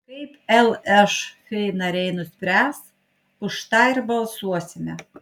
kaip lšf nariai nuspręs už tą ir balsuosime